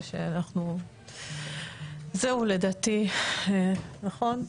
זהו לדעתי, נכון?